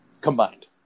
combined